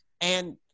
And-